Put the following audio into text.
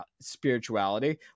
spirituality